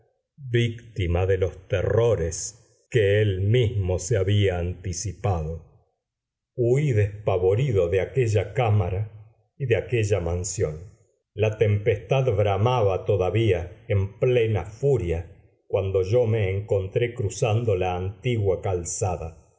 víctima de los terrores que él mismo se había anticipado huí despavorido de aquella cámara y de aquella mansión la tempestad bramaba todavía en plena furia cuando yo me encontré cruzando la antigua calzada